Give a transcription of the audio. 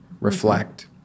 reflect